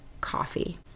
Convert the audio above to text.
coffee